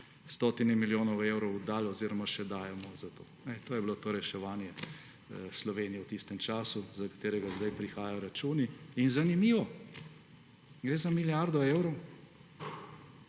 stotine milijonov evrov dali oziroma še dajemo za to. To je bilo to reševanje Slovenije v tistem času, za katerega zdaj prihajajo računi. Zanimivo, gre za milijardo evrov,